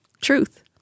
Truth